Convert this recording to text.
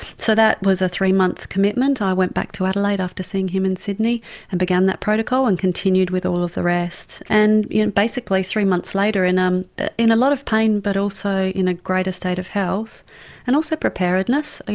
so that was a three month commitment, i went back to adelaide after seeing him in sydney and began that protocol and continued with all of the rest. and you know basically three months later in um in a lot of pain but also in a greater state of health and also preparedness.